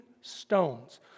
stones